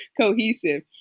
cohesive